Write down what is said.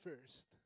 first